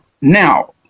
Now